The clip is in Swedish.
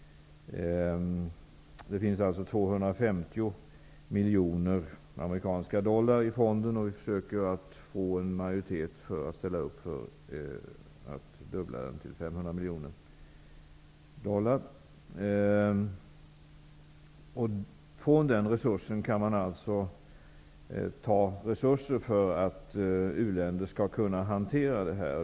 Det finns alltså 250 miljoner amerikanska dollar i fonden, och vi försöker att få en majoritet för att den skall dubblas till 500 Därifrån kan man alltså ta resurser för att u-länder skall kunna hantera detta.